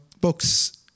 books